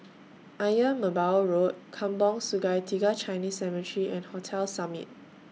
Ayer Merbau Road Kampong Sungai Tiga Chinese Cemetery and Hotel Summit